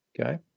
Okay